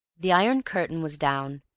the iron curtain was down,